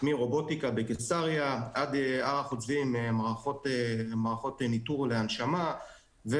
מרובוטיקה בקיסריה עד מערכות ניטור להנשמה בהר חוצבים,